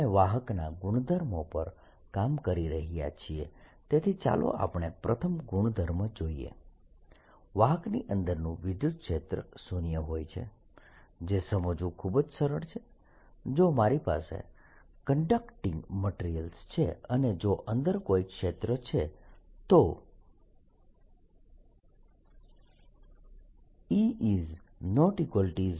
આપણે વાહકના ગુણધર્મો પર કામ કરી રહ્યા છીએ તેથી ચાલો આપણે પ્રથમ ગુણધર્મ જોઈએ વાહકની અંદરનું વિદ્યુતક્ષેત્ર શૂન્ય હોય છે જે સમજવું ખૂબ જ સરળ છે જો મારી પાસે કંડકટીંગ મટીરીયલ્સ છે અને જો અંદર કોઈ ક્ષેત્ર છે તો E≠0 છે